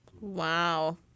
Wow